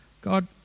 God